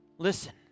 Listen